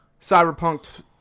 Cyberpunk